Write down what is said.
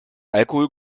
alkohol